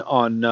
on